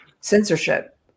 censorship